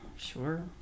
Sure